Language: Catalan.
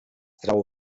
trau